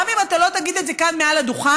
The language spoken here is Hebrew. גם אם אתה לא תגיד את זה כאן מעל הדוכן,